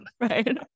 Right